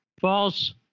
false